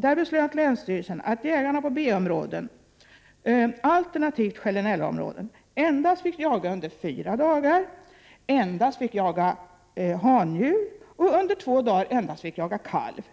Där beslöt länsstyrelsen att jägarna på B-områden, alternativt generella områden, fick jaga endast fyra dagar, fick jaga endast handjur och under två dagar endast kalv.